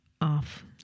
off